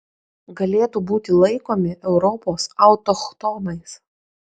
galėtų būti laikomi europos autochtonais